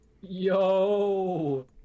Yo